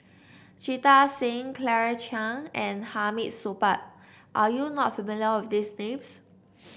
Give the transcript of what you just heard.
Jita Singh Claire Chiang and Hamid Supaat are you not familiar with these names